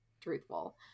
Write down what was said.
truthful